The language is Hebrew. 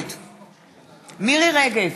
נגד מירי רגב,